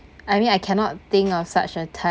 I mean I cannot think on such a